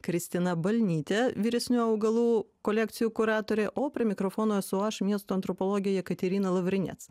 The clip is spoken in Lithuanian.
kristina balnytė vyresnioji augalų kolekcijų kuratorė o prie mikrofono esu aš miesto antropologė jekaterina lavrinec